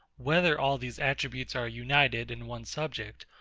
whether all these attributes are united in one subject,